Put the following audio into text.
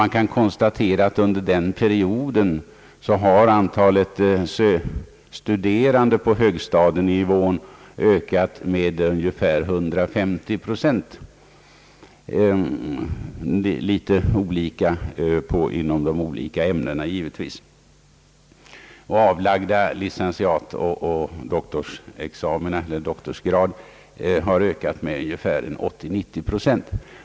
Man kan konstatera att under den perioden antalet studerande på högstadienivån har ökat med ungefär 150 procent; givetvis är ökningsprocenten litet olika inom de olika ämnesområdena. Antalet avlagda licentiatoch doktorsexamina har ökat med 80 å 90 procent.